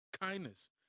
kindness